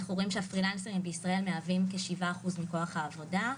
אנחנו רואים שהפרילנסרים בישראל מהווים כ-7% מכוח העבודה,